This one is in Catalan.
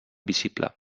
visible